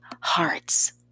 hearts